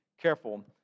careful